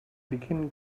begin